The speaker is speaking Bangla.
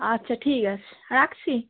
আচ্ছা ঠিক আছে রাখছি